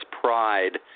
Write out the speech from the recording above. pride